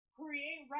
create